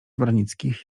branickich